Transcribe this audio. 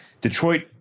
Detroit